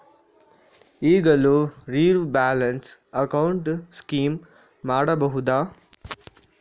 ಈಗಲೂ zero balance account scheme ಮಾಡಬಹುದಾ?